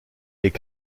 est